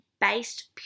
based